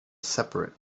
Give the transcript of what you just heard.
separate